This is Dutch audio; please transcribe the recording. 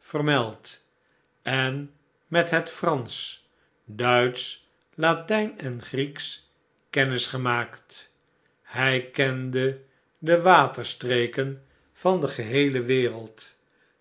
vermeld en met het fransch duitsch latijn en grieksch kennis gemaakt hij kende de waterstreken van de geheele wereld